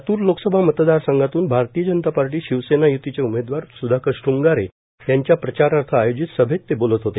लातूर लोकसभा मतदारसंघातून भारतीय जनता पार्टी शिवसेना युतीचे उमेदवार सुधाकर श्रृंगारे यांच्या प्रचारार्थ आयोजित सभेत ते बोलत होते